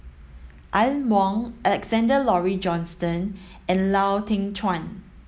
Aline Wong Alexander Laurie Johnston and Lau Teng Chuan